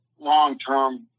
long-term